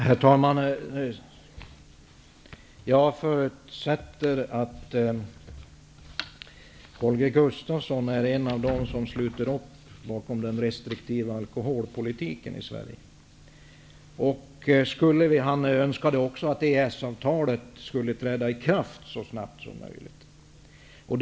Herr talman! Jag förutsätter att Holger Gustafsson är en av dem som sluter upp bakom den restriktiva alkoholpolitiken i Sverige. Han önskade också att EES-avtalet skulle träda i kraft så snabbt som möjligt.